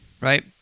right